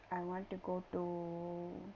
I want to go to